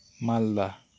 ᱢᱟᱞᱫᱟ